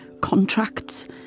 contracts